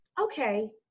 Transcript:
okay